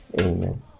Amen